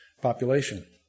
population